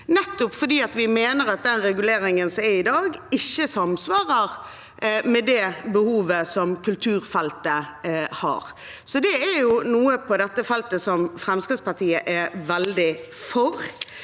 nettopp fordi vi mener at den reguleringen som er i dag, ikke samsvarer med det behovet som kulturfeltet har. Det er noe på dette feltet som Fremskrittspartiet er veldig for.